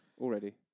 already